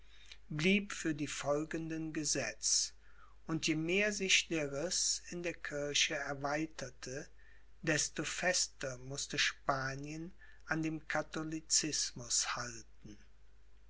blieb für die folgenden gesetz und je mehr sich der riß in der kirche erweiterte desto fester mußte spanien an dem katholicismus halten